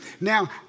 Now